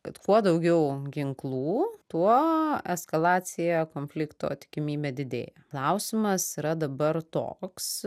kad kuo daugiau ginklų tuo eskalacija konflikto tikimybė didėja klausimas yra dabar toks